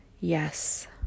Yes